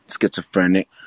Schizophrenic